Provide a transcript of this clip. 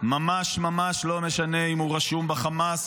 ממש ממש לא משנה אם הוא רשום בחמאס,